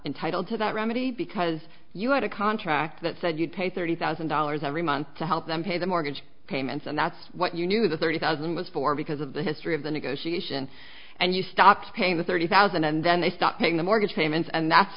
entitled to that remedy because you had a contract that said you'd pay thirty thousand dollars every month to help them pay the mortgage payments and that's what you knew the thirty thousand was for because of the history of the negotiation and you stopped paying the thirty thousand and then they stopped paying the mortgage payments and that's